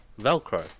Velcro